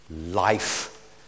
life